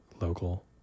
local